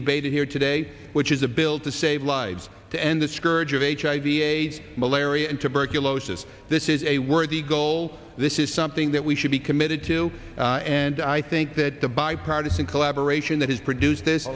debated here today which is a bill to save lives to end the scourge of hiv aids malaria and tuberculosis this is a worthy goal this is something that we should be committed to and i think that the bipartisan collaboration that has produced this